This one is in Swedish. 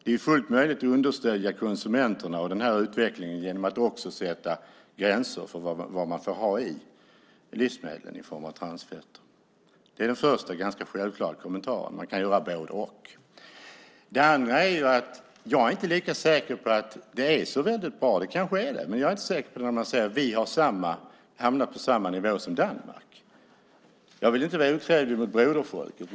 Det är fullt möjligt att understödja konsumenterna och utvecklingen genom att också sätta gränser för vad man får ha i livsmedlen i form av transfetter. Det är den första ganska självklara kommentaren. Man kan göra både-och. Det andra är att jag inte är lika säker på att det är så väldigt bra. Det kanske är det, men jag är inte säker på det när man säger att vi har hamnat på samma nivå som Danmark. Jag vill inte vara otrevlig mot broderfolket.